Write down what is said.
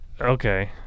okay